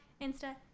Insta